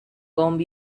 comb